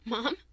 Mom